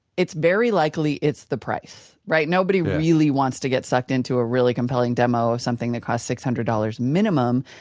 it's very likely it's the price. right nobody really wants to get sucked into a really compelling demo of something that costs six hundred dollars minimum.